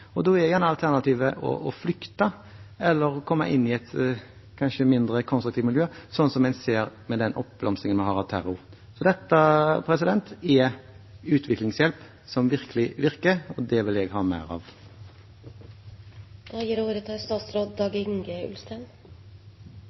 mat. Da er gjerne alternativet å flykte eller å komme inn i et kanskje mindre konstruktivt miljø, slik en ser med den oppblomstringen vi har av terror. Så dette er utviklingshjelp som virkelig virker, og det vil jeg ha mer av. I Granavolden-plattformen er vi veldig tydelige på innsatsen knyttet til